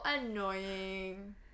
annoying